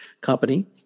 company